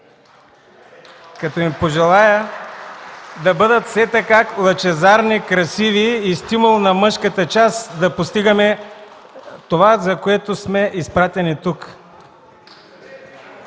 като им пожелая да бъдат все така лъчезарни, красиви и стимул на мъжката част за постигане на това, за което сме изпратени тук.